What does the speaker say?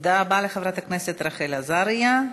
תודה רבה לחברת הכנסת רחל עזריה.